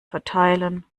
verteilen